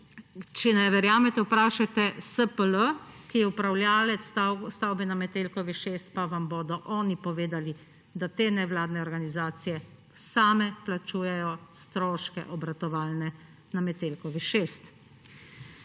Če ne verjamete, vprašajte SPL, ki je upravljavec stavbe na Metelkovi 6, pa vam bodo oni povedali, da te nevladne organizacije same plačujejo stroške, obratovalne, na Metelkovi 6.